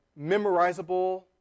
memorizable